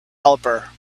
helper